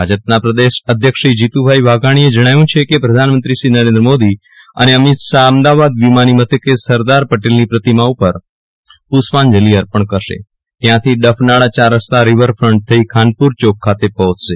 ભાજપના પ્રદેશ અધ્યક્ષ શ્રી જીતુભાઈ વાઘાણીએ જણાવ્યું છે કે આવતીકાલે પ્રધાનમંત્રી શ્રી નરેન્દ્ર મોદી અને અમિત શાહ અમદાવાદ વિમાની મથકે સરદાર પટેલની પ્રતિમા ઉપર પુષ્પાજંલિ અર્પણ કરશે ત્યાંથી ડફનાળા ચાર રસ્તા રીવરફન્ટ થઈ ખાનપુર ચોક ખાતે પહોંચશે